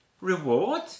reward